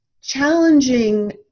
challenging